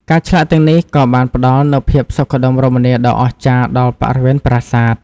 ការឆ្លាក់ទាំងនេះក៏បានផ្តល់នូវភាពសុខដុមរមនាដ៏អស្ចារ្យដល់បរិវេណប្រាសាទ។